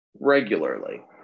regularly